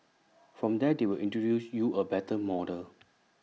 from there they will introduce you A better model